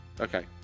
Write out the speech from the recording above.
Okay